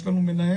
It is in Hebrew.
ויש לנו מנהל,